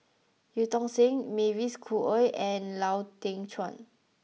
Eu Tong Sen Mavis Khoo Oei and Lau Teng Chuan